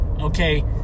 okay